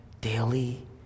daily